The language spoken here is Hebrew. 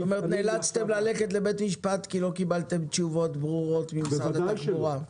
כלומר נאלצתם ללכת לבית משפט כי לא קיבלתם תשובות ברורות ממשרד התחבורה.